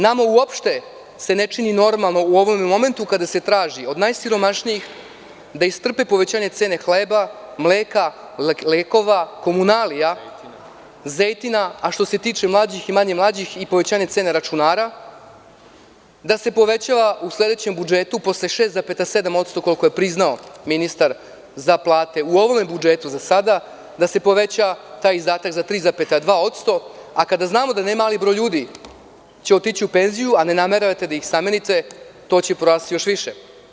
Nama se ne čini uopštenormalno u ovom momentu kada se traži od najsiromašnijih da istrpe povećanje cene hleba, mleka, lekova, komunalija, zejtina, a što se tiče mlađih i manje mlađih, i povećanje cena računara, da se povećava u sledećem budžetu posle 6,7% koliko je priznao ministar za plate u ovome budžetu za sada, da se povećava taj izdatak za 3,2%, a kada znamo da ne mali broj ljudi će otići u penziju, a ne nameravate da iz zamenite, to će porasti još više.